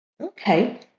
Okay